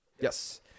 Yes